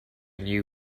new